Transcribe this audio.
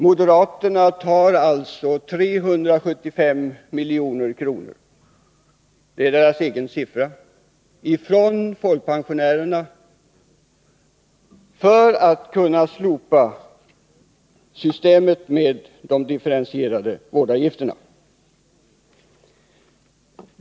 Moderaterna vill alltså ta 375 milj.kr. från folkpensionärerna för att kunna slopa systemet med de differentierade vårdavgifterna.